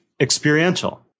experiential